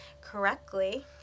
correctly